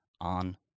on